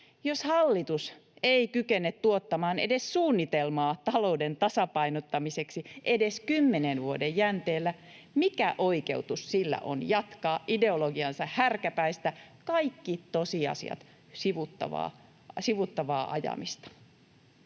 Jos hallitus ei kykene tuottamaan edes suunnitelmaa talouden tasapainottamiseksi edes 10 vuoden jänteellä, mikä oikeutus sillä on jatkaa ideologiansa härkäpäistä, kaikki tosiasiat sivuuttavaa ajamista?